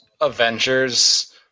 Avengers